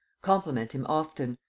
compliment him often.